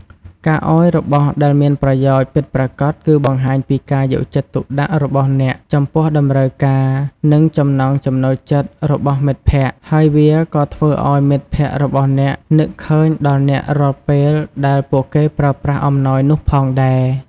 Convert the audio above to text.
ការឱ្យរបស់ដែលមានប្រយោជន៍ពិតប្រាកដ គឺបង្ហាញពីការយកចិត្តទុកដាក់របស់អ្នកចំពោះតម្រូវការ និងចំណង់ចំណូលចិត្តរបស់មិត្តភក្តិ ហើយវាក៏ធ្វើឱ្យមិត្តភក្តិរបស់អ្នកនឹកឃើញដល់អ្នករាល់ពេលដែលពួកគេប្រើប្រាស់អំណោយនោះផងដែរ។